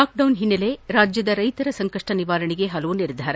lockdown ಹಿನ್ನೆಲೆ ರಾಜ್ಜದ ರೈತರ ಸಂಕಷ್ಟ ನಿವಾರಣೆಗೆ ಹಲವು ನಿರ್ಧಾರ